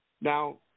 Now